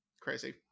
Crazy